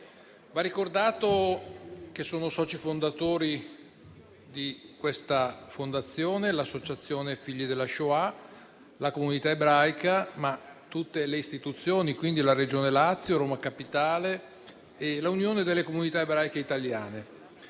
Va ricordato che sono soci fondatori di questa fondazione l'Associazione figli della Shoah, la comunità ebraica, istituzioni come la Regione Lazio, Roma Capitale e l'Unione delle comunità ebraiche italiane.